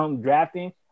drafting